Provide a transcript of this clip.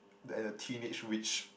and the teenage witch